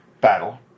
battle